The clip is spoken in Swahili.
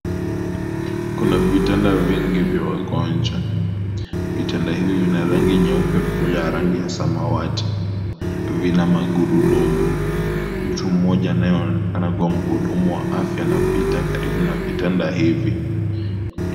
Kuna vitanda vingi vya wagonjwa vitanda hivi vina rangi nyeupe moja ya rangi ya samawati, vina magurudumu mtu mmoja anayeonekana kuwa mhudumu wa afya anapita karibu na vitanda hivi.